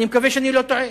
אני מקווה שאני לא טועה.